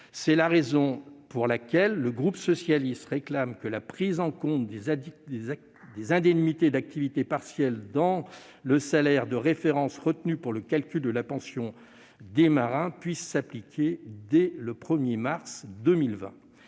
C'est la raison pour laquelle le groupe socialiste réclame que la prise en compte des indemnités d'activité partielle dans le salaire de référence retenu pour le calcul de la pension des marins puisse s'appliquer dès le 1mars 2020,